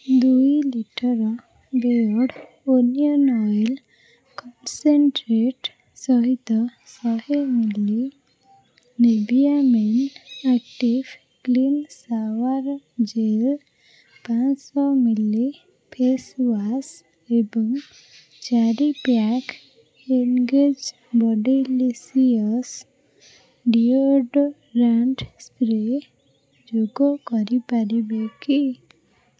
ଦୁଇ ଲି ବେୟର୍ଡ଼ୋ ଓନିଅନ୍ ଅଏଲ୍ କନ୍ସେନ୍ଟ୍ରେଟ୍ ସହିତ ଶହେ milli Nivea men active clean shower gel ପାଆଁଶହ ମି ଲି ଫେସ୍ ୱାଶ୍ ଏବଂ ଚାରି pack engage bodylicious deodorant spray ଯୋଗ କରିପାରିବେ କି